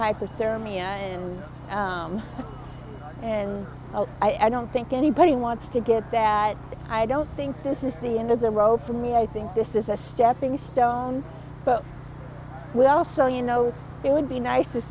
hypothermia and and i don't think anybody wants to get that i don't think this is the end it's a rope for me i think this is a stepping stone but we also you know it would be nice if